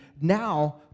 now